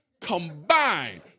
combined